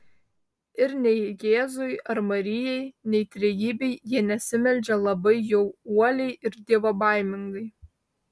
ir nei jėzui ar marijai nei trejybei jie nesimeldžia labai jau uoliai ir dievobaimingai